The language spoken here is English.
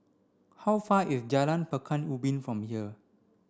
how far is Jalan Pekan Ubin from here